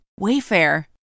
Wayfair